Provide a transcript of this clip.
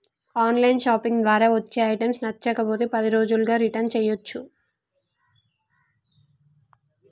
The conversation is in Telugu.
ఆన్ లైన్ షాపింగ్ ద్వారా వచ్చే ఐటమ్స్ నచ్చకపోతే పది రోజుల్లోగా రిటర్న్ చేయ్యచ్చు